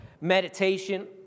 meditation